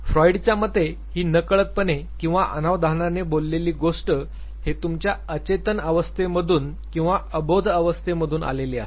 फ्रॉइडच्या मते ही नकळतपणे किंवा अनावधानाने बोललेली गोष्ट हे तुमच्या अचेतन अवस्थेमधून किंवा अबोध अवस्थेमधून आलेली असते